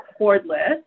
cordless